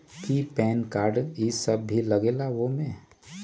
कि PAN card इ सब भी लगेगा वो में?